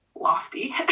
lofty